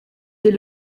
dès